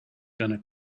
gonna